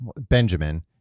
Benjamin